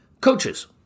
coaches